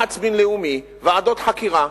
לחץ בין-לאומי, ועדות חקירה.